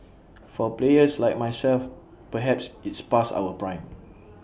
for players like myself perhaps it's past our prime